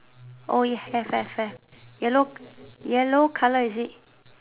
oh you have have have yellow yellow colour is it